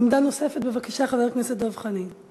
עמדה נוספת, בבקשה, חבר הכנסת דב חנין.